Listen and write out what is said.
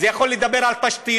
זה יכול לדבר על תשתיות,